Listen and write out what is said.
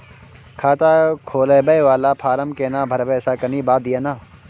खाता खोलैबय वाला फारम केना भरबै से कनी बात दिय न?